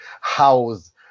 house